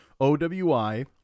OWI